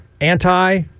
anti